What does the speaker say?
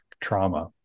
trauma